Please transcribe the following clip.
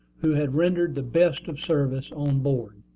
who had rendered the best of service on board.